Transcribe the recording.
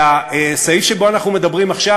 הסעיף שעליו אנחנו מדברים עכשיו,